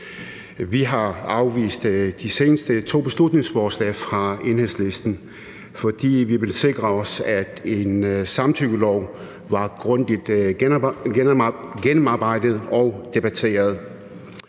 Vi har afvist de seneste to beslutningsforslag fra Enhedslisten, fordi vi ville sikre os, at en samtykkelov var grundigt gennemarbejdet og debatteret,